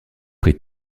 prit